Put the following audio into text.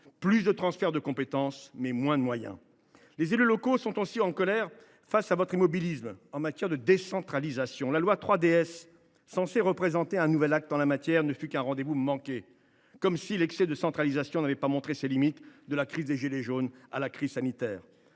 plus de transferts de compétences, mais moins de moyens ! Les élus locaux sont aussi en colère face à votre immobilisme en matière de décentralisation. La loi dite 3DS du 21 février 2022, censée représenter un nouvel acte en la matière, ne fut qu’un rendez vous manqué. Comme si l’excès de centralisation n’avait pas montré ses limites, de la crise des « gilets jaunes » à la crise sanitaire